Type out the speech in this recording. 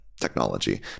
technology